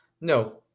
no